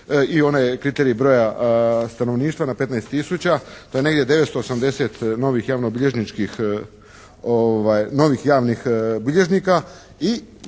i onaj kriterij broja stanovništva na 15 tisuća, na negdje 980 novih javnobilježničkih,